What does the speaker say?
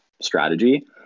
strategy